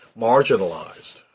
marginalized